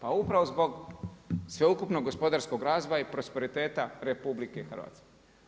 A upravo zbog sveukupnog gospodarskog razvoja i prosperiteta RH.